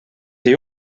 see